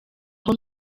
aho